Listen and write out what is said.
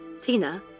Tina